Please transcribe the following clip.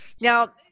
Now